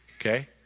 Okay